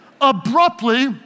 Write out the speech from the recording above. abruptly